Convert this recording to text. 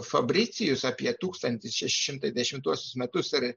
fabricijus apie tūkstantis šeši šimtai dešimtuosius metus ir